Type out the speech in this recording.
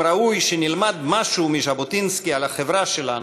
אם ראוי שנלמד משהו מז'בוטינסקי על החברה שלנו,